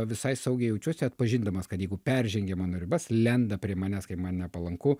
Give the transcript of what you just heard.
visai saugiai jaučiuosi atpažindamas kad jeigu peržengia mano ribas lenda prie manęs kai man nepalanku